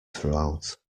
throughout